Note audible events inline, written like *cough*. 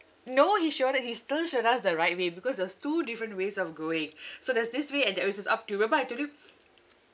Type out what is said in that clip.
no he showed u~ he still showed us the right away because there was two different ways of going so there's this way and that way so it's up to remember I told you *noise*